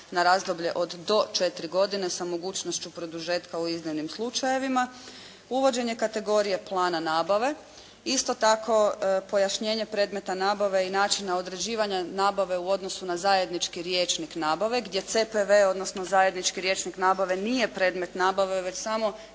na razdoblje od do 4 godine sa mogućnošću produžetka u iznimnim slučajevima, uvođenje kategorije plana nabave, isto tako pojašnjenje predmeta nabave i načina određivanja nabave u odnosu na zajednički rječnik nabave, gdje CPV, odnosno zajednički rječnik nabave nije predmet nabave, već samo